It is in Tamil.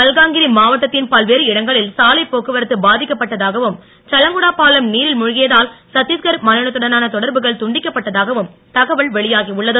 மல்காங்கிரி மாவட்டத்தின் பல்வேறு இடங்களில் சாலைப் போக்குவரத்து பாதிக்கப்பட்டதாகவும் சல்லங்குடா பாலம் நீரில் மூழ்கியதால் சத்தீஸ்கர் மாநிலத்துடனான தொடர்புகள் துண்டிக்கப்பட்டதாகவும் தகவல் வெளியாகி உள்ளது